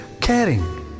caring